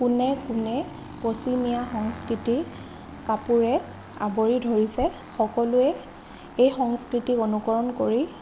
চুণে কোণে পশ্চিমীয়া সংস্কৃতি কাপোৰে আৱৰি ধৰিছে সকলোৱে এই সংস্কৃতিক অনুকৰণ কৰি